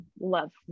love